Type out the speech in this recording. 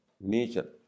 nature